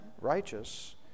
righteous